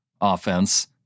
offense